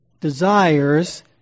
desires